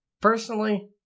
Personally